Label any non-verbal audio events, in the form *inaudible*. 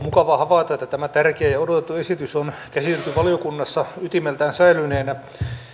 *unintelligible* mukava havaita että tämä tärkeä ja ja odotettu esitys on käsitelty valiokunnassa ytimeltään säilyneenä